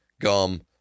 gum